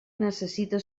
necessita